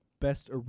Best